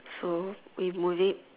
so we move it